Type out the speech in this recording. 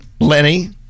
Lenny